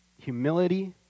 humility